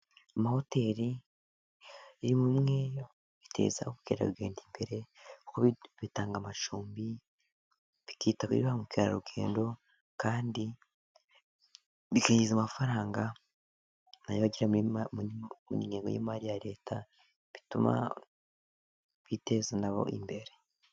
Amahoteli ni bimwe mu biteza ubukerarugendo imbere, bitanga amacumbi, bikitabira ba mukerarugendo kandi bikinjiza amafaranga ,na yo agira mu ngengo y'imari ya leta bituma biteza na bo imbere.